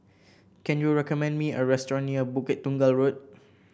can you recommend me a restaurant near Bukit Tunggal Road